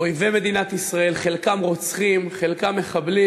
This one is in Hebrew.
אויבי מדינת ישראל, חלקם רוצחים, חלקם מחבלים.